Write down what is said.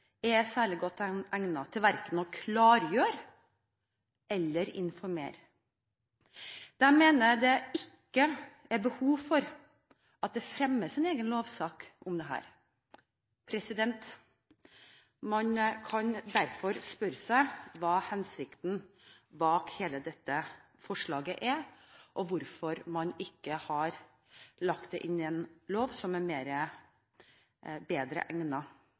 er særlig godt egnet til verken å klargjøre eller informere. De mener det ikke er behov for at det fremmes en egen lovsak om dette. Man kan derfor spørre seg hva hensikten bak hele dette forslaget er, og hvorfor man ikke har lagt det inn i en lov som er bedre